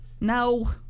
No